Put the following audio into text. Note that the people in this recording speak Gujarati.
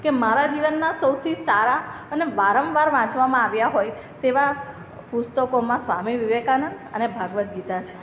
કે મારા જીવનનાં સૌથી સારાં અને વારંવાર વાંચવામાં આવ્યાં હોય તેવાં પુસ્તકોમાં સ્વામી વિવેકાનંદ અને ભાગવદ્ ગીતા છે